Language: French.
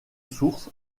source